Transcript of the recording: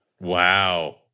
Wow